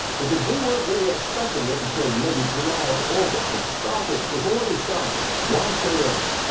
because we weren't really expecting it until maybe july or august, but it started it's already started. why so early?